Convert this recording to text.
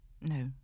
No